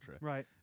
Right